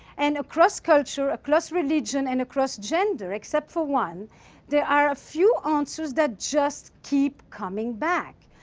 and across culture, across religion, and across gender except for one there are a few answers that just keep coming back.